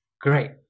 great